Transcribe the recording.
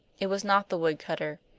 it was not the woodcutter.